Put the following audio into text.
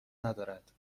ندارد